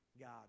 God